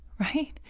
Right